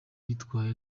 yitwaye